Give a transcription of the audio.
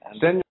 Send